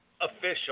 official